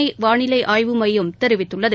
இந்திய வானிலை ஆய்வு மையம் தெரிவித்துள்ளது